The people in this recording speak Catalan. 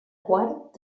quart